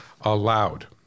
allowed